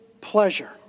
Pleasure